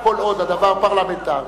כל עוד הדבר פרלמנטרי,